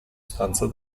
stanza